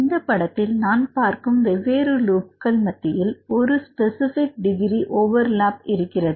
இந்த படத்தில் நாம் பார்க்கும் வெவ்வேறு லூப்ப்புகள் மத்தியில் ஒரு ஸ்பெசிபிக் டிகிரி ஓவர்லப் இருக்கிறது